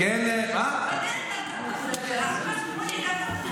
--- דעי לך,